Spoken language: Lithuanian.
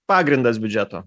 pagrindas biudžeto